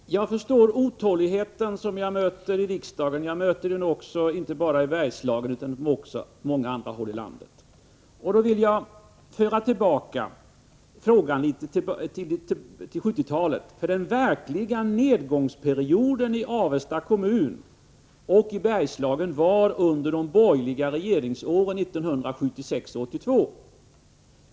Herr talman! Jag förstår otåligheten som jag möter i riksdagen. Jag möter den också inte bara i Bergslagen utan på många andra håll i landet. Då vill jag föra tillbaka frågan till 1970-talet. Den verkliga nedgångsperioden i Avesta kommun och i Bergslagen var under de borgerliga regeringsåren 1976-1982.